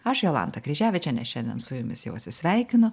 aš jolanta kryževičienė šiandien su jumis jau atsisveikinu